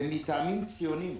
ומטעמים ציוניים